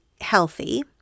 healthy